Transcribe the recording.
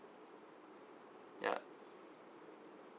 ya